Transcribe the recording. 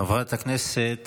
חברת הכנסת